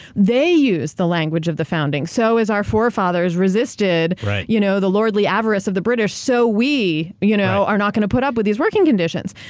they used the language of the founding. so as our forefathers resisted you know the lordly avarice of the british, so we you know are not going to put up with these working conditions.